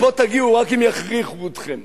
לפה תגיעו רק אם יכריחו אתכם.